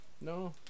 No